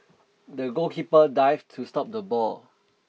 the goalkeeper dived to stop the ball